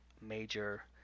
major